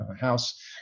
house